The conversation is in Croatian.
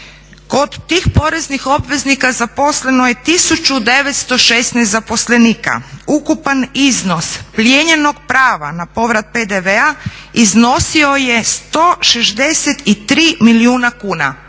Kod tih poreznih obveznika zaposleno je 1916 zaposlenika. Ukupan iznos plijenjenog prava na povrat PDV-a iznosio je 163 milijuna kuna,